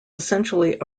essentially